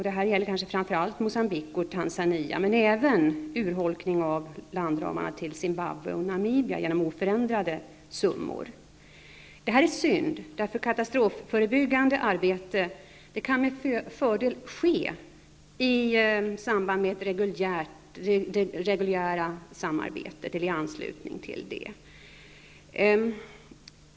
Det gäller kanske framför allt Mogcambique och Tanzania, men en urholkning av landramarna har skett även i fråga om Zimbabwe och Namibia genom att summorna för dessa länder har förblivit oförändrade. Detta är synd, eftersom katastrofförebyggande arbete med fördel kan ske i samband med eller i anslutning till det reguljära samarbetet.